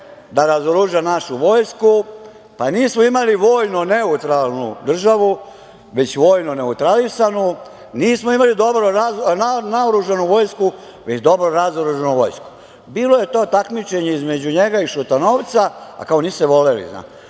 da razoruža našu vojsku, pa nismo imali vojno neutralnu državu, već vojno neutralisanu. Nismo imali dobro naoružanu vojsku već dobro razoružanu vojsku. Bilo je to takmičenje između njega i Šutanovca, a kao nisu se voleli, ali